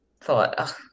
thought